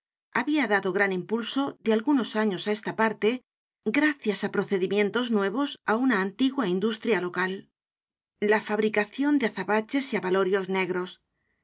habia dado gran impulso de algunos años á esta parte gracias á procedimientos nuevos á una antigua in dustria local la fabricacion de azabaches y abalorios negros